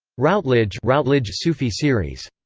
routledge routledge sufi series.